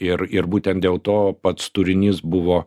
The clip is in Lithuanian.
ir ir būtent dėl to pats turinys buvo